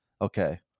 Okay